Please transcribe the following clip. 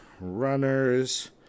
Runner's